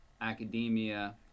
academia